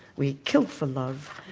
we kill for love,